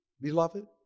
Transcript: beloved